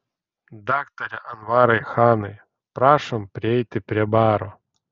daktare anvarai chanai prašom prieiti prie baro